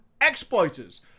exploiters